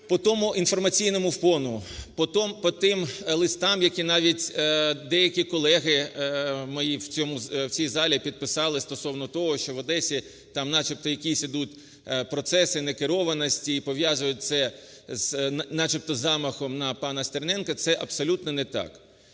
по тому інформаційному фону, по тим листам, які навіть деякі колеги мої в цій залі підписали стосовно того, що в Одесі там начебто якісь ідуть процеси некерованості і пов'язують це начебто із замахом на пана Стерненка. Це абсолютно не так.